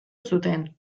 zuten